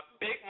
Big